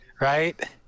Right